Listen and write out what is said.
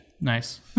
Nice